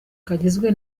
kagizwe